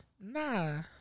Nah